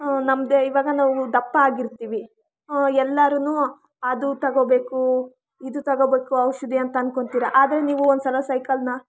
ನಮ್ದೆ ಇವಾಗ ನಾವು ದಪ್ಪ ಆಗಿರ್ತೀವಿ ಎಲ್ಲರೂ ಅದು ತಗೊಬೇಕು ಇದು ತಗೊಬೇಕು ಔಷಧಿ ಅಂತ ಅನ್ಕೋತೀರ ಆದರೆ ನೀವು ಒಂದ್ಸಲ ಸೈಕಲ್ನ